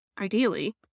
ideally